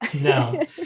No